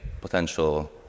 potential